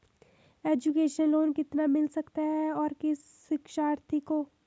Education loan कितना मिल सकता है और किस शिक्षार्थी को?